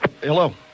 Hello